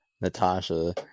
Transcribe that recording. Natasha